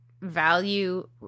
value